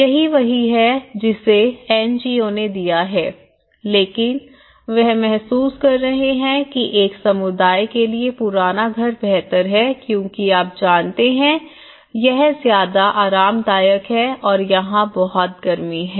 यह वही है जिसे एन जी ओ ने दिया है लेकिन वे महसूस कर रहे हैं कि एक समुदाय के लिए पुराना घर बेहतर है क्योंकि आप जानते हैं यह ज्यादा आरामदायक है और यहां बहुत गर्मी है